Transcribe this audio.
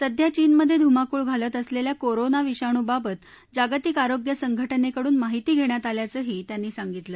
सध्या चीनमधे धुमाकूळ घालत असलेल्या कोरोना विषाणूबाबत जागतिक आरोग्य संघटनेकडून माहिती घेण्यात आल्याचंही त्यांनी सांगितलं